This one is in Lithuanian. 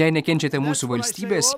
jei nekenčiate mūsų valstybės